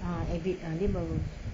ah ebit ah dia baru